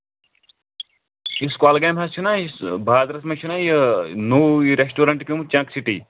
یُس کۄلگامہِ حظ چھُنہ یُس بازرَس منٛز چھُنہ یہِ نوٚو یہِ ریٮ۪سٹورنٛٹ پیوٚمُت چنٛک سِٹی